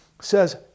says